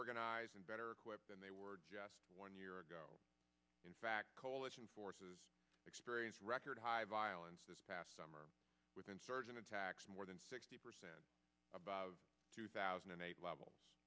organized and better equipped than they were just one year ago in fact coalition forces experience record high violence this past summer with insurgent attacks more than sixty percent above two thousand and eight levels